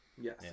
Yes